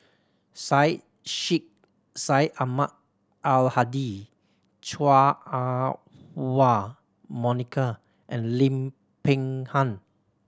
Syed Sheikh Syed Ahmad Al Hadi Chua Ah Huwa Monica and Lim Peng Han